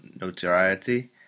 notoriety